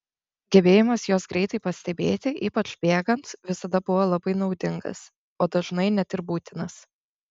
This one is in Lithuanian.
gebėjimas juos greitai pastebėti ypač bėgant visada buvo labai naudingas o dažnai net ir būtinas